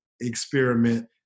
experiment